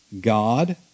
God